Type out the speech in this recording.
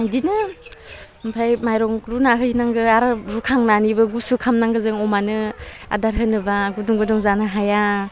बिदिनो ओमफ्राय माइरं रुना हैनांगौ आरो रुखांनानैबो गुसु खामनांगौ जों अमानो आदार होनोबा गुदुं गुदुं जानो हाया